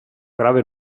grave